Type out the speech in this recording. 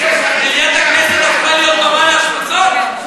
מליאת הכנסת הפכה להיות במה להשמצות?